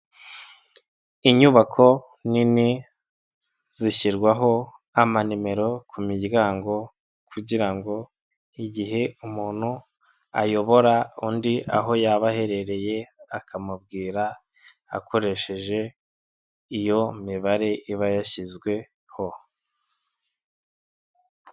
Inyubako nini zishyirwaho amanimero ku miryango kugira ngo igihe umuntu ayobora undi aho yaba aherereye, akamubwira akoresheje iyo mibare iba yashyizweho.